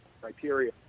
criteria